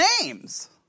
names